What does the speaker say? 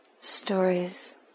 stories